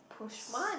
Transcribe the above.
push one